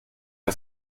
wir